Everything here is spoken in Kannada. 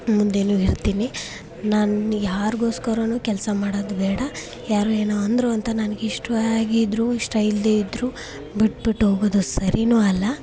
ಮುಂದೇಯೂ ಇರ್ತೀನಿ ನಾನು ಯಾರಿಗೋಸ್ಕರವೂ ಕೆಲಸ ಮಾಡೋದು ಬೇಡ ಯಾರೊ ಏನೋ ಅಂದರು ಅಂತ ನನ್ಗಿಷ್ಟವಾಗಿದ್ರು ಇಷ್ಟ ಇಲ್ಲದೇ ಇದ್ದರೂ ಬಿಟ್ಟುಬಿಟ್ಟು ಹೋಗೋದು ಸರಿಯೂ ಅಲ್ಲ